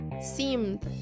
seemed